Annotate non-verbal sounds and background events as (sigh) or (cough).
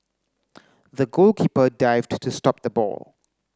(noise) the goalkeeper dived to stop the ball